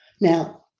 Now